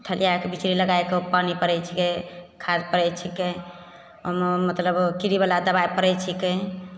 थलिआएके बिचड़ी लगाइके पानि पड़ैत छियै खाद पड़ैत छिकै ओहिमे मतलब कीड़ीबला दबाइ पड़ैत छिकै